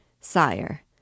Sire